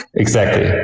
exactly, yeah!